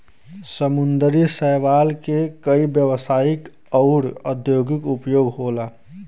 समुंदरी शैवाल के कई व्यवसायिक आउर औद्योगिक उपयोग होला